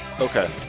okay